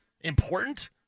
important